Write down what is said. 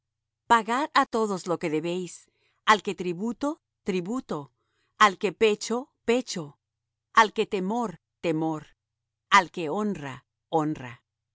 pagad á todos lo que debéis al que tributo tributo al que pecho pecho al que temor temor al que honra honra